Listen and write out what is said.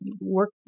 work